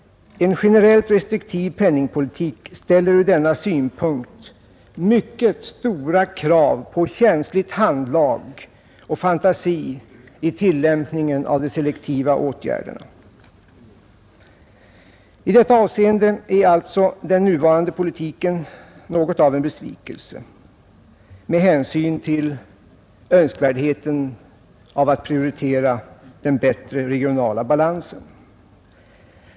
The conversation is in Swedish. En generellt restriktiv penningpolitik ställer ur denna synpunkt mycket stora krav på känsligt handlag och fantasi när det gäller att vidtaga selektiva åtgärder. I detta avseende är alltså den nuvarande politiken något av en besvikelse med hänsyn till önskvärdheten av att prioritera en bättre regional balans.